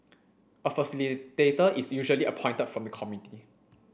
a facilitator is usually appointed from the committee